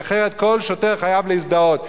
אחרת כל שוטר חייב להזדהות.